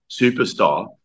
superstar